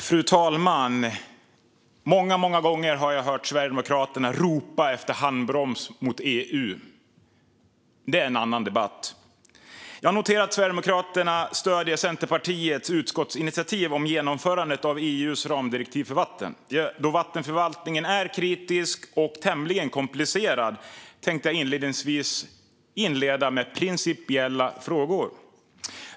Fru talman! Många gånger har jag hört Sverigedemokraterna ropa efter handbroms mot EU, men det är en annan debatt. Jag noterar att Sverigedemokraterna stöder Centerpartiets utskottsinitiativ om genomförandet av EU:s ramdirektiv för vatten. Då vattenförvaltningen är kritisk och tämligen komplicerad tänkte jag inleda med principiella frågor.